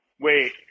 wait